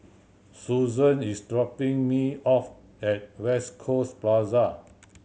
Susanne is dropping me off at West Coast Plaza